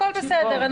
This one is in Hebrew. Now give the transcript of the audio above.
הכול בסדר,